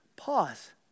Pause